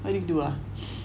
what you do ah